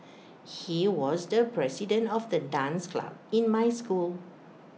he was the president of the dance club in my school